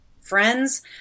friends